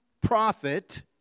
prophet